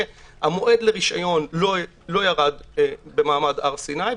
שהמועד לרישיון לא ירד במעמד הר סיני,